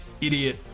idiot